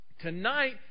Tonight